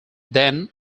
then